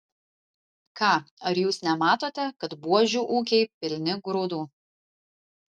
ką ar jūs nematote kad buožių ūkiai pilni grūdų